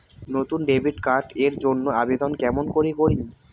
নতুন debit card এর জন্যে আবেদন কেমন করি করিম?